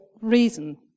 reason